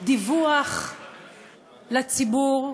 דיווח לציבור.